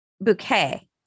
bouquet